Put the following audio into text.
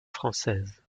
française